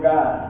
God